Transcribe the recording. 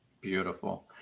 Beautiful